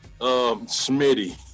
Smitty